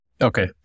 Okay